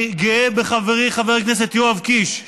אני גאה בחברי חבר הכנסת יואב קיש,